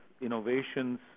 innovations